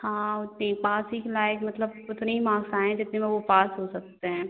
हाँ उतने पास ही के लायक़ मतलब उतने ही माक्स आए हैं जितने में वह पास हो सकते हैं